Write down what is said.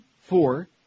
four